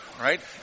right